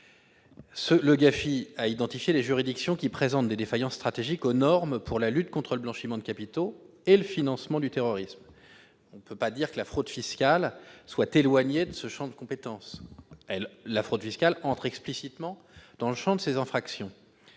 Le GAFI a identifié les juridictions qui présentent des défaillances stratégiques à l'égard des normes relatives à la lutte contre le blanchiment de capitaux et au financement du terrorisme. On ne peut pas dire que la fraude fiscale soit éloignée de ses compétences, tant elle entre explicitement dans le champ des infractions